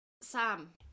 Sam